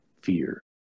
fear